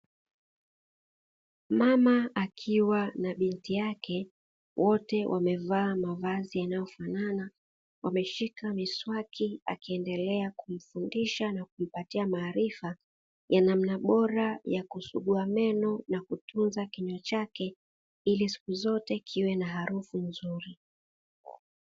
Mama akiwa na binti yake, wote wamevaa mavazi yanayofanana, wameshika miswaki akiendelea kumfundisha na kumpatia maarifa ya namna bora ya kusugua meno na kutunza kinywa chake ili siku zote kiwe na harufu nzuri.